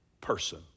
person